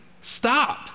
Stop